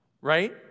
Right